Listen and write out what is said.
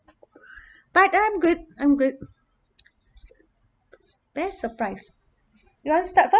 but I'm good I'm good best surprise you want to start first